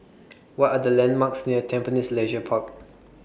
What Are The landmarks near Tampines Leisure Park